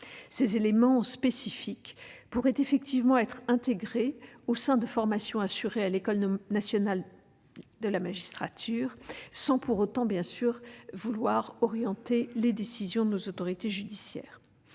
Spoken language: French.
Ces éléments spécifiques pourraient effectivement être intégrés au sein de formations assurées à l'École nationale de la magistrature, sans pour autant vouloir orienter les décisions de nos autorités judiciaires.